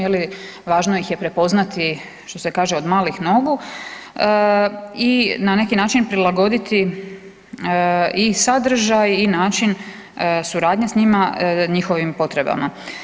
Je li važno ih je prepoznati što se kaže od malih nogu i na neki način prilagoditi i sadržaj i način suradnje s njima, njihovim potrebama.